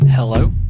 Hello